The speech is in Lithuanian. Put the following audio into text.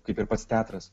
kaip ir pats teatras